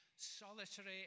solitary